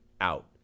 out